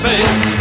face